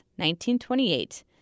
1928